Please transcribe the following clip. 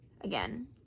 Again